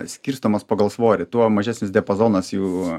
skirstomos pagal svorį tuo mažesnis diapazonas jų